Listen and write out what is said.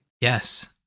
Yes